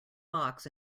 box